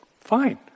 Fine